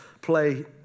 play